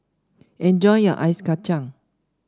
enjoy your Ice Kacang